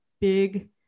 big